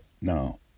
Now